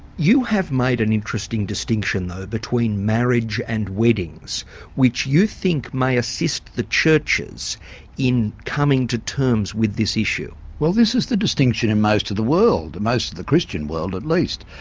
you have made an interesting distinction though between marriage and weddings which you think may assist the churches in coming to terms with this issue. well this is the distinction in most of the world, most of the christian world at least.